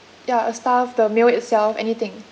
ya a staff the meal itself anything